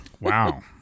Wow